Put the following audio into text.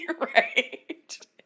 right